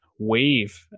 wave